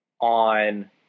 on